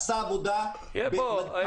הוא עשה עבודה -- אדוני,